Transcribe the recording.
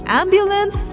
ambulance